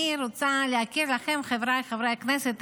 אני רוצה להכיר לכם, חבריי חברי הכנסת,